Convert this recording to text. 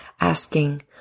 asking